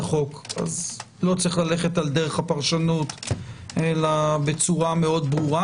החוק לא צריך ללכת על דרך הפרשנות אלא בצורה ברורה,